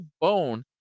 bone